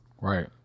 Right